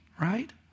right